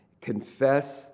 confess